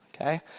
Okay